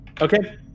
Okay